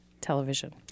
television